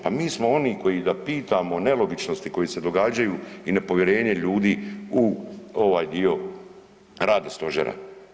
Pa mi smo oni koji da pitamo nelogičnosti koje se događaju i nepovjerenje ljudi u ovaj dio rada stožera.